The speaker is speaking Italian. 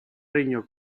regno